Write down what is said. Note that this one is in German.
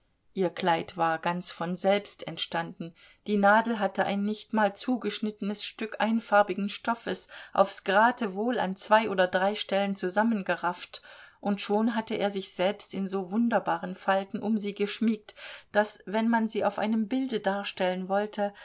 ihr kleid war ganz von selbst entstanden die nadel hatte ein nicht mal zugeschnittenes stück einfarbigen stoffes aufs geratewohl an zwei oder drei stellen zusammengerafft und schon hatte er sich selbst in so wunderbaren falten um sie geschmiegt daß wenn man sie auf einem bilde darstellen wollte